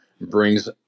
brings